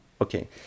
Okay